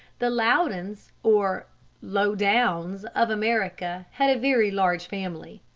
the loudons or lowdowns of america had a very large family.